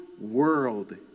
world